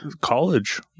College